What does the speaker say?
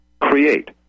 Create